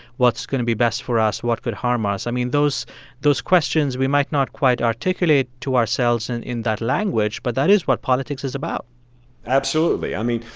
what's going to be best for us, what could harm us? i mean, those those questions we might not quite articulate to ourselves in in that language, but that is what politics is about absolutely. i mean,